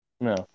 no